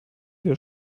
wir